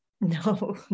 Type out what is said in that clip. no